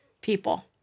people